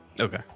Okay